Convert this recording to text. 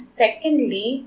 secondly